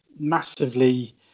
massively